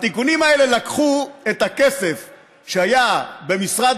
התיקונים האלה לקחו את הכסף שהיה במשרד